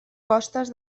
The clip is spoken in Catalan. costes